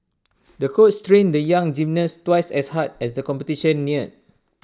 the coach trained the young gymnast twice as hard as the competition neared